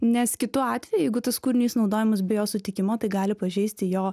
nes kitu atveju jeigu tas kūrinys naudojamas be jo sutikimo tai gali pažeisti jo